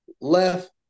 left